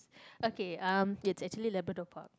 okay um it's actually Labrador-Park